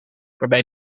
waarbij